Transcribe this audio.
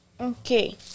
Okay